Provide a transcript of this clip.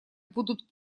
будут